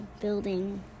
building